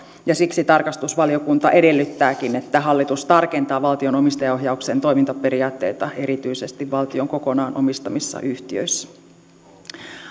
ja siksi tarkastusvaliokunta edellyttääkin että hallitus tarkentaa valtion omistajaohjauksen toimintaperiaatteita erityisesti valtion kokonaan omistamissa yhtiöissä